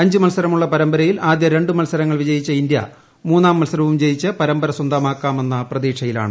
അഞ്ച് മത്സരമുള്ള പരമ്പരയിൽ ആദ്യ രണ്ട് മത്സരങ്ങൾ വിജയിച്ച ഇന്ത്യ മൂന്നാം മത്സരവും ജയിച്ച് പരമ്പര സ്വന്തമാക്കാമെന്ന പ്രതീക്ഷയിലാണ്